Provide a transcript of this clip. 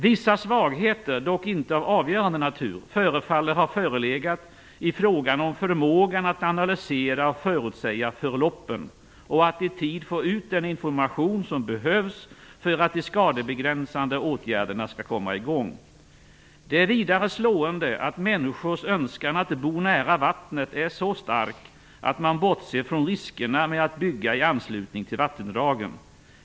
Vissa svagheter, dock inte av avgörande natur, förefaller ha förelegat i fråga om förmågan att analysera och förutsäga förloppen och att i tid få ut den information som behövs för att de skadebegränsande åtgärderna skall komma i gång. Det är vidare slående att människors önskan att bo nära vattnet är så stark att man bortser från riskerna med att bygga i anslutning till vattendragen.